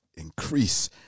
increase